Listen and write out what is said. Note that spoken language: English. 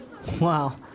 Wow